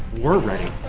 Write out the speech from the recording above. we're ready.